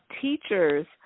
teachers